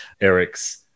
Eric's